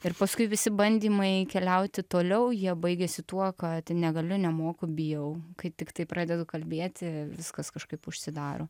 ir paskui visi bandymai keliauti toliau jie baigiasi tuo kad negaliu nemoku bijau kai tiktai pradedu kalbėti viskas kažkaip užsidaro